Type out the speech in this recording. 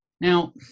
Now